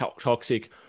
toxic